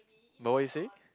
no what you say